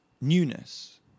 newness